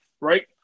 right